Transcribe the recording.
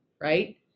right